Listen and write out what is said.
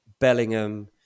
Bellingham